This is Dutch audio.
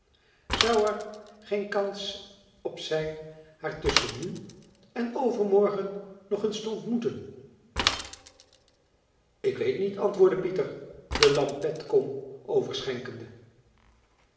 zou er geen kans op zijn haar tusschen nu en overmorgen nog eens te ontmoeten ik weet niet antwoordde pieter de lampetkom verschenkende